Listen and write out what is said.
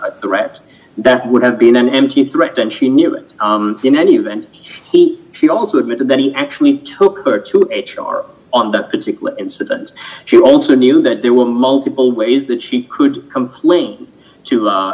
an threat that would have been an empty threat and she knew it in any event he she also admitted that he actually took her to h r on that particular incident she also knew that there were multiple ways that she could complain to